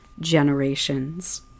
generations